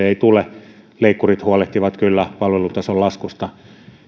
ei tule leikkurit huolehtivat kyllä palvelutason laskusta